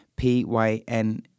P-Y-N